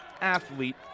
athlete